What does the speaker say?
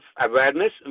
awareness